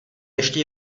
ještě